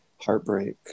heartbreak